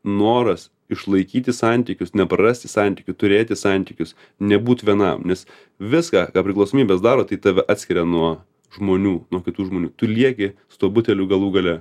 noras išlaikyti santykius neprarasti santykių turėti santykius nebūt vienam nes viską ką priklausomybės daro tai tave atskiria nuo žmonių nuo kitų žmonių tu lieki su tuo buteliu galų gale